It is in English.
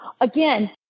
again